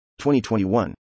2021